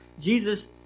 Jesus